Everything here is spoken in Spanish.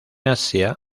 asia